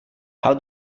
how